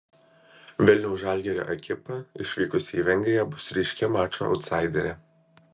vilniaus žalgirio ekipa išvykusi į vengriją bus ryški mačo autsaiderė